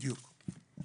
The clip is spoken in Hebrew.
בדיוק.